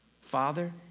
Father